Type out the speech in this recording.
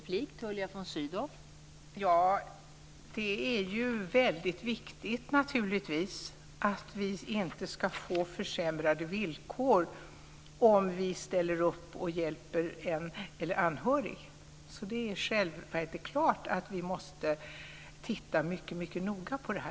Fru talman! Det är naturligtvis väldigt viktigt att vi inte får försämrade villkor om vi ställer upp och hjälper en anhörig. Det är självklart att vi måste titta mycket noga på detta.